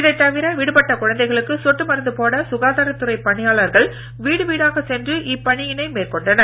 இதை தவிர விடுப்பட்ட குழுந்தைகளுக்கு சொட்டு மருந்து போட சுகாதாரத்துறை பணியாளர்கள் வீடு வீடாக சென்று இப்பணியினை மேற்கொண்டனர்